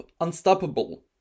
Unstoppable